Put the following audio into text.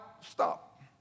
stop